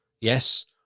yes